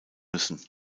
müssen